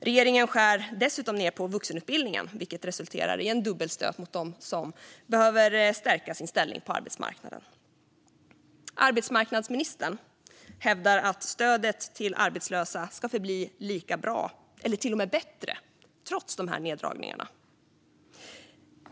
Regeringen skär dessutom ned på vuxenutbildningen, vilket resulterar i en dubbelstöt mot dem som behöver stärka sin ställning på arbetsmarknaden. Arbetsmarknadsministern hävdar att stödet till arbetslösa ska förbli lika bra, eller till och med bli bättre, trots neddragningarna.